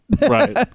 Right